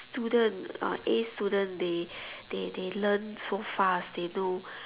student uh A student they they they learn so fast they know